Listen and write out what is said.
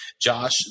Josh